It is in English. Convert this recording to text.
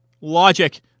logic